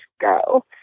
go